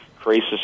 crisis